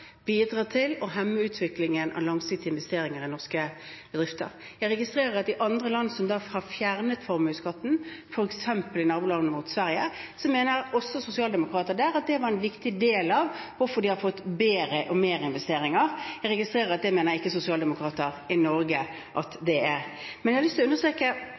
bidrar til å hemme utviklingen av langsiktige investeringer i norske bedrifter. Jeg registrerer at i andre land som har fjernet formuesskatten, f.eks. i nabolandet vårt Sverige, mener sosialdemokrater at det er en viktig grunn til at de har fått bedre og flere investeringer. Jeg registrerer at det mener ikke sosialdemokrater i Norge at det er. Men jeg har lyst til å understreke: